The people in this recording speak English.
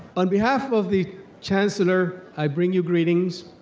on behalf of the chancellor, i bring you greetings.